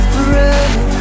Forever